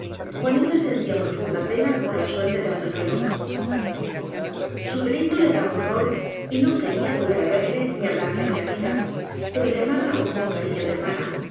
juanita sentía profunda pena por la suerte de antoñuelo su delito le daba horror y no quería volver á verle ni hablarle en la vida pero le amaba aún con cariño de hermana